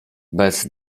bez